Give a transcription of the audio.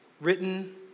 written